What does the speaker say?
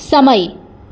સમય